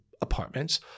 apartments